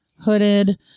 hooded